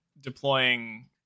deploying